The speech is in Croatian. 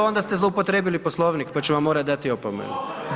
Onda ste zloupotrijebili poslovnik pa ću vam morati dati opomenu.